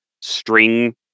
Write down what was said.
string